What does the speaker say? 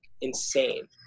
insane